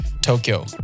Tokyo